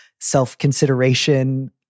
self-consideration